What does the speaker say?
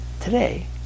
Today